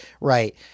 Right